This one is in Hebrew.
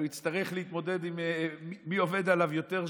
הוא יצטרך להתמודד, מי עובד עליו יותר שם.